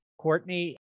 Courtney